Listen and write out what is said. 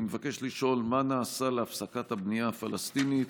אני מבקש לשאול: 1. מה נעשה להפסקת הבנייה הפלסטינית?